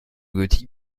gothique